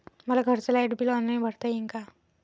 मले घरचं light bill online भरता येईन का?